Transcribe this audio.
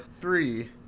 three